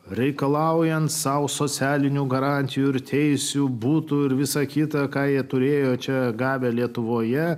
reikalaujant sau socialinių garantijų ir teisių būtų ir visa kita ką jie turėjo čia gavę lietuvoje